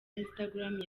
instagram